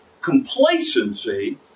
Complacency